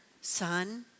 son